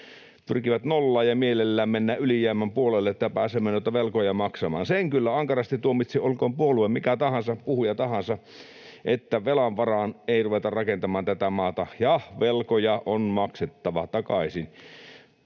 pyrkivät nollaan ja mielellään mennään ylijäämän puolelle, että pääsemme noita velkoja maksamaan. Sen kyllä ankarasti tuomitsen, olkoon puolue mikä tahansa, puhuja mikä tahansa, että velan varaan ei ruveta rakentamaan tätä maata, ja velkoja on maksettava takaisin.